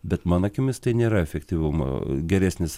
bet mano akimis tai nėra efektyvumo geresnis